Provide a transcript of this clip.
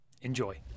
Enjoy